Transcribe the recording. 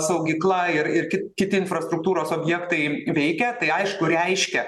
saugykla ir ir kiti infrastruktūros objektai veikia tai aišku reiškia